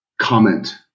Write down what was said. comment